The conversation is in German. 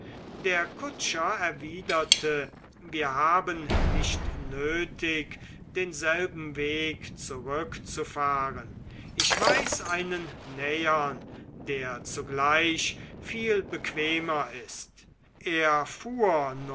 der kutscher erwiderte wir haben nicht nötig denselben weg zurückzufahren ich weiß einen nähern der zugleich viel bequemer ist er